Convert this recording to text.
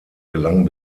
gelang